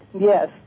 Yes